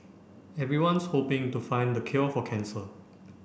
everyone's hoping to find the cure for cancer